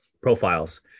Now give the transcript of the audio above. profiles